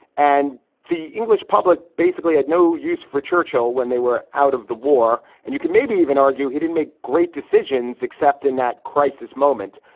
and the english public basically had no use for churchill when they were out of the war. and you can maybe even argue he didn't make great decisions except in that crisis moment.